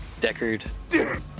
Deckard